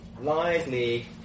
lively